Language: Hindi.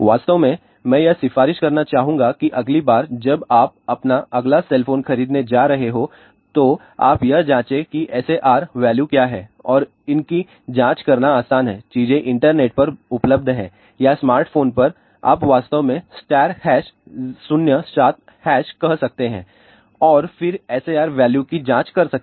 वास्तव में मैं यह सिफारिश करना चाहूंगा कि अगली बार जब आप अपना अगला सेल फोन खरीदने जा रहे हों तो आप यह जांचें कि SAR वैल्यू क्या है और इनकी जांच करना आसान है चीजें इंटरनेट पर उपलब्ध हैं या स्मार्ट फोन पर आप वास्तव में स्टार हैश 0 7 हैश कह सकते हैं और फिर SAR वैल्यू की जांच कर सकते हैं